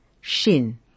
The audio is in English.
Shin